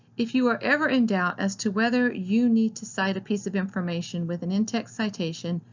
if you are ever in doubt as to whether you need to cite a piece of information with an in-text citation,